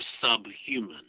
subhuman